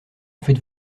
faites